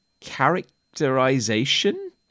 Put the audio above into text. characterization